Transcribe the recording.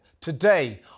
Today